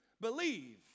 believe